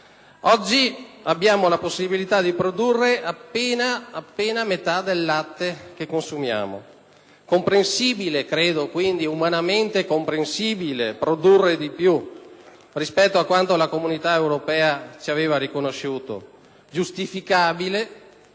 Oggi, abbiamo la possibilità di produrre appena metà del latte che consumiamo; ritengo quindi sia umanamente comprensibile produrre di più rispetto a quanto la Comunità europea ci aveva riconosciuto, nonché giustificabile,